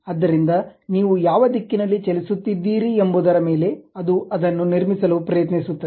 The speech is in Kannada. ಆದ್ದರಿಂದ ನೀವು ಯಾವ ದಿಕ್ಕಿನಲ್ಲಿ ಚಲಿಸುತ್ತಿದ್ದೀರಿ ಎಂಬುದರ ಮೇಲೆ ಅದು ಅದನ್ನು ನಿರ್ಮಿಸಲು ಪ್ರಯತ್ನಿಸುತ್ತದೆ